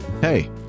Hey